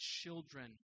children